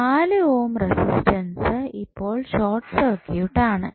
4 ഓം റെസിസ്റ്റൻസ് ഇപ്പോൾ short circuit ആണ്